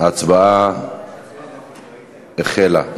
ההצבעה החלה.